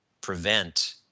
prevent